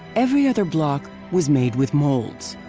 every other block was made with molds.